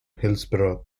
hillsborough